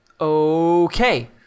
Okay